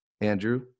Andrew